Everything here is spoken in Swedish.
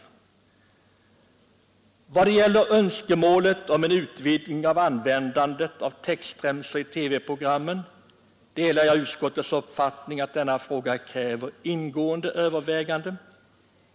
I vad det gäller önskemålet om en utvidgning av användandet av textremsor i TV-programmen delar jag utskottets uppfattning att denna fråga kräver ingående överväganden.